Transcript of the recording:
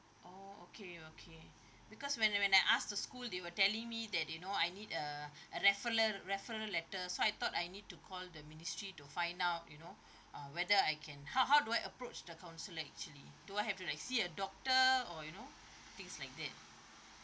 oh okay okay because when when I asked the school they were telling me that you know I need a a referral referral letter so I thought I need to call the ministry to find out you know uh whether I can how how do I approach the counsellor actually do I have to like see a doctor or you know things like that